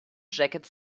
jacket